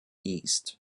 east